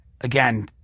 Again